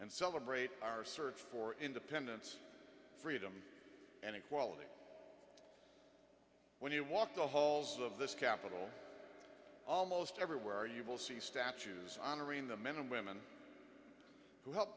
and celebrate our search for independence freedom and equality when you walk the halls of this capitol almost everywhere you will see statues honoring the men and women who helped